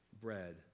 bread